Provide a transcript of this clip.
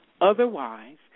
Otherwise